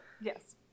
Yes